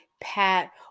pat